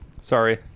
Sorry